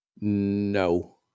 No